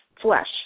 flesh